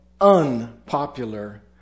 unpopular